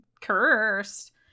cursed